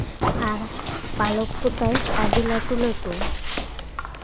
ᱟᱨ ᱯᱟᱞᱚᱠ ᱠᱚᱛᱟᱭ ᱟᱹᱰᱤ ᱞᱟᱹᱴᱩ ᱞᱟᱹᱴᱩ